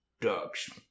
dogs